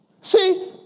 See